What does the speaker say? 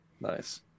Nice